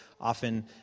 often